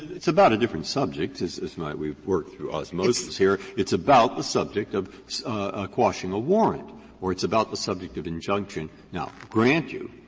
it's about a different subject. it's it's not we work through osmosis here. it's about the subject of quashing a warrant or it's about the subject of injunction. now, grant you,